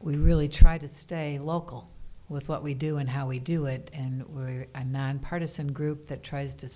we really try to stay local with what we do and how we do it and where i'm nonpartizan group that tries to